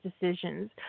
decisions